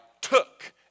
took